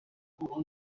abo